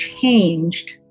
changed